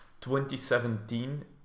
2017